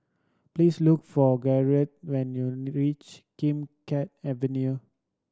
please look for when you reach Kim Keat Avenue